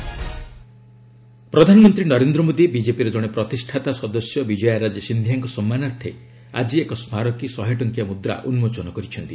PM coin ପ୍ରଧାନମନ୍ତ୍ରୀ ନରେନ୍ଦ୍ର ମୋଦୀ ବିଜେପିର ଜଣେ ପ୍ରତିଷ୍ଠାତା ସଦସ୍ୟ ବିଜୟାରାଜେ ସିନ୍ଧିଆଙ୍କ ସମ୍ମାନାର୍ଥେ ଆଜି ଏକ ସ୍ମାରକୀ ଶହେଟଙ୍କିଆ ମୁଦ୍ରା ଉନ୍କୋଚନ କରିଛନ୍ତି